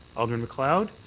alderman macleod?